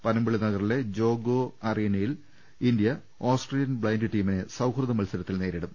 പനമ്പിള്ളി നഗറിലെ ജോഗോ അറീനയിൽ India Australian blind ടീമിനെ സൌഹൃദ മത്സരത്തിൽ നേരിടും